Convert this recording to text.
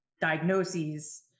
diagnoses